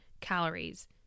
calories